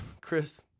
Chris